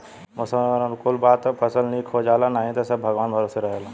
मौसम अगर अनुकूल बा त फसल निक हो जाला नाही त सब भगवान भरोसे रहेला